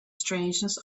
strangeness